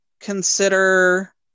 consider